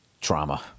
trauma